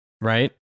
Right